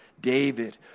David